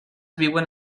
viuen